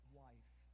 wife